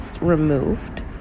removed